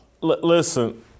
Listen